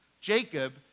Jacob